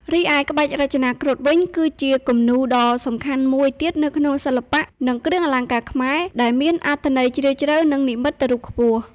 រីឯ ក្បាច់រចនាគ្រុឌវិញ គឺជាគំនូរដ៏សំខាន់មួយទៀតនៅក្នុងសិល្បៈ និងគ្រឿងអលង្ការខ្មែរ ដែលមានអត្ថន័យជ្រាលជ្រៅ និងនិមិត្តរូបខ្ពស់។